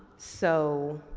so,